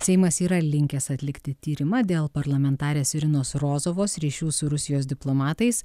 seimas yra linkęs atlikti tyrimą dėl parlamentarės irinos rozovos ryšių su rusijos diplomatais